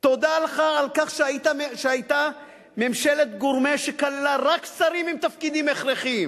תודה לך על כך שהיתה ממשלת "גורמה" שכללה רק שרים עם תפקידים הכרחיים